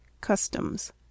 Customs